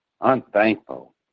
unthankful